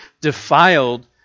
defiled